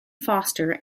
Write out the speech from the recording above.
foster